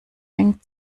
eng